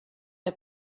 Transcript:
der